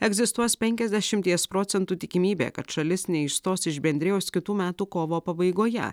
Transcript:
egzistuos penkiasdešimties procentų tikimybė kad šalis neišstos iš bendrijos kitų metų kovo pabaigoje